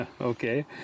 Okay